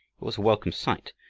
was a welcome sight,